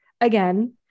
again